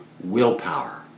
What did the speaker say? willpower